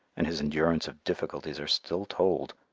and his endurance of difficulties are still told,